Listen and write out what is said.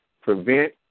prevent